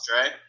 right